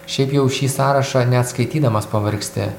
šiaip jau šį sąrašą net skaitydamas pavargsti